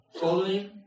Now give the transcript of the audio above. following